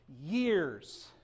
years